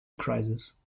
crisis